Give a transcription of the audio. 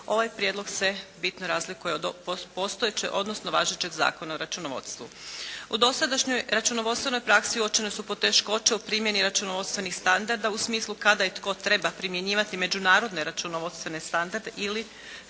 ovaj Prijedlog se bitno razlikuje od postojećeg, odnosno važećeg Zakona o računovodstvu. U dosadašnjoj računovodstvenoj praksi uočene su poteškoće u primjeni računovodstvenih standarda u smislu kada i tko treba primjenjivati međunarodne računovodstvene standarde ili